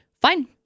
fine